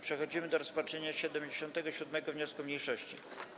Przechodzimy do rozpatrzenia 77. wniosku mniejszości.